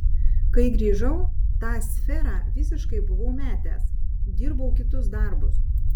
kai grįžau tą sferą visiškai buvau metęs dirbau kitus darbus